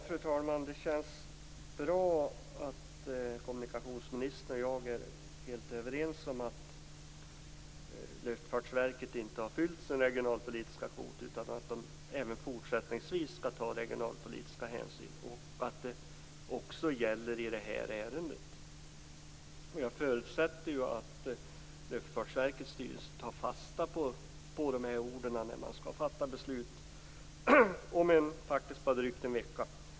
Fru talman! Det känns bra att kommunikationsministern och jag är helt överens om att Luftfartsverket inte har fyllt sin regionalpolitiska kvot utan även fortsättningsvis skall ta regionalpolitiska hänsyn liksom att detta gäller också i det här ärendet. Jag förutsätter att Luftfartsverkets styrelse tar fasta på de här orden när den skall fatta beslut i den här frågan, faktiskt bara om drygt en vecka.